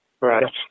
Right